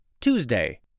Tuesday